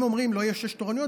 אם אומרים שלא יהיו שש תורנויות,